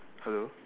hello